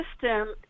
system